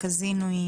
קזינו,